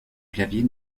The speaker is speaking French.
clavier